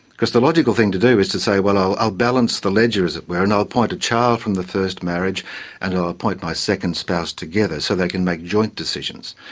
because the logical thing to do is to say, well, i'll i'll balance the ledger, as it were, and i'll appoint a child from the first marriage and i'll appoint my second spouse together so they can make joint decisions.